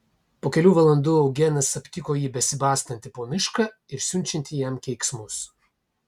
po kelių valandų eugenas aptiko jį besibastantį po mišką ir siunčiantį jam keiksmus